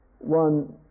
one